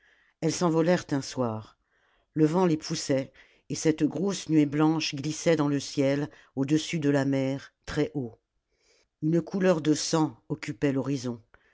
elles s'envolèrent un soir le vent les poussait et cette grosse nuée blanche glissait dans le ciel au-dessus de la mer très haut une couleur de sang occupait l'horizon